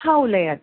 आं उलयात